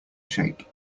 shape